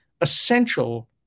essential